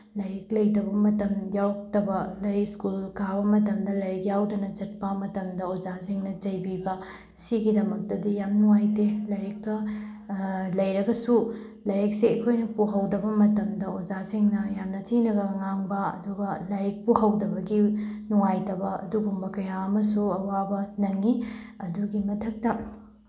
ꯂꯥꯏꯔꯤꯛ ꯂꯩꯇꯕ ꯃꯇꯝ ꯌꯥꯎꯔꯛꯇꯕ ꯑꯗꯩ ꯁ꯭ꯀꯨꯜ ꯀꯥꯕ ꯃꯇꯝꯗ ꯂꯥꯏꯔꯤꯛ ꯌꯥꯎꯗꯅ ꯆꯠꯄ ꯃꯇꯝꯗ ꯑꯣꯖꯥꯁꯤꯡꯅ ꯆꯩꯕꯤꯕ ꯁꯤꯒꯤꯗꯃꯛꯇꯗꯤ ꯌꯥꯝ ꯅꯨꯡꯉꯥꯏꯇꯦ ꯂꯥꯏꯔꯤꯛꯀ ꯂꯩꯔꯒꯁꯨ ꯂꯥꯏꯔꯤꯛꯁꯦ ꯑꯩꯈꯣꯏꯅ ꯄꯨꯍꯧꯗꯕ ꯃꯇꯝꯗ ꯑꯣꯖꯥꯁꯤꯡꯅ ꯌꯥꯝꯅ ꯊꯤꯅꯒ ꯉꯥꯡꯕ ꯑꯗꯨꯒ ꯂꯥꯏꯔꯤꯛ ꯄꯨꯍꯧꯗꯕꯒꯤ ꯅꯨꯡꯉꯥꯏꯇꯕ ꯑꯗꯨꯒꯨꯝꯕ ꯀꯌꯥ ꯑꯃꯁꯨ ꯑꯋꯥꯕ ꯅꯪꯏ ꯑꯗꯨꯒꯤ ꯃꯊꯛꯇ